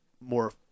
more